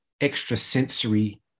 extrasensory